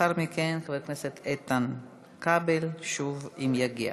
ולאחר מכן, חבר הכנסת איתן כבל, שוב, אם יגיע.